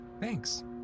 Thanks